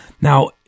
Now